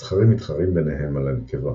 הזכרים מתחרים ביניהם על הנקבה,